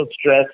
stress